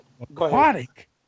aquatic